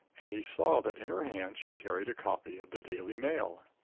and he saw that in her hand she carried a copy of the daily mail.